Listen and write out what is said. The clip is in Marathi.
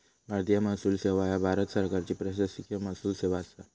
भारतीय महसूल सेवा ह्या भारत सरकारची प्रशासकीय महसूल सेवा असा